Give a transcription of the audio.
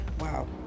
Wow